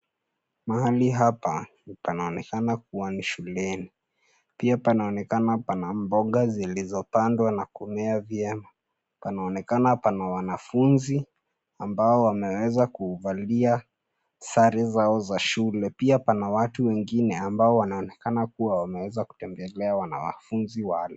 Mahali hapa panaonekana kuwa ni shuleni. Pia panaonekana pana mboga zilizopandwa na kumea vyema. Panaonekana pana wanafunzi ambao wameweza kuvalia sare zao za shule. Pia pana watu wengine ambao wanaonekana kuwa wameweza kutembelea wanafunzi wale.